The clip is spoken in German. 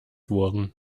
wurden